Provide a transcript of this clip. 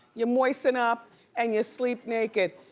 you moisten up and you sleep naked.